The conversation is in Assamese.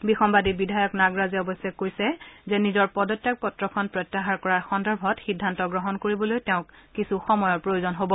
বিসমাদী বিধায়ক নাগৰাজে অৱশ্যে কৈছে যে নিজৰ পদত্যাগ পত্ৰখন প্ৰত্যাহাৰ কৰাৰ সন্দৰ্ভত সিদ্ধান্ত গ্ৰহণ কৰিবলৈ তেওঁক কিছু সময়ৰ প্ৰয়োজন হ'ব